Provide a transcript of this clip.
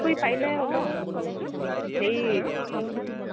পাৰিলে অলপ হেৰি